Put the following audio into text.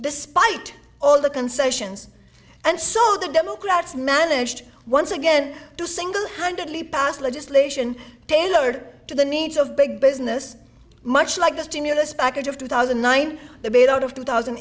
despite all the concessions and so the democrats managed once again to single handedly pass legislation tailored to the needs of big business much like the stimulus package of two thousand and nine the bailout of two thousand